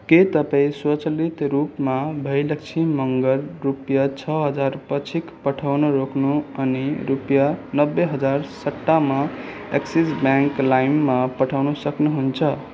के तपाईँ स्वचालित रूपमा भयलक्षी मँगर रुपियाँ छ हजार पाक्षिक पठाउन रोक्नु अनि रुपियाँ नब्बे हजार सट्टामा एक्सिस ब्याङ्क लाइममा पठाउनु सक्नुहुन्छ